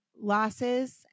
losses